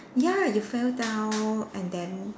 ya you fell down and then